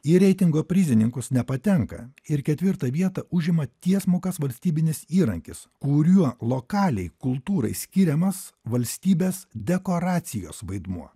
į reitingo prizininkus nepatenka ir ketvirtą vietą užima tiesmukas valstybinis įrankis kuriuo lokaliai kultūrai skiriamas valstybės dekoracijos vaidmuo